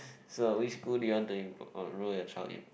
so which school do you want to enrol your child in